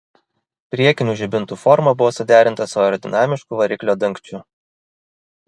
priekinių žibintų forma buvo suderinta su aerodinamišku variklio dangčiu